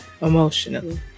emotionally